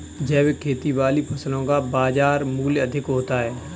जैविक खेती वाली फसलों का बाजार मूल्य अधिक होता है